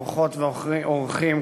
אורחות ואורחים,